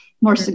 more